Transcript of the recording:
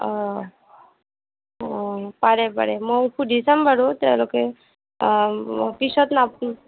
অঁ অঁ পাৰে পাৰে মই সুধি চাম বাৰু তেওঁলোকে পিছত